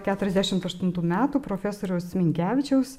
keturiasdešimt aštuntų metų profesoriaus minkevičiaus